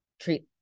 treat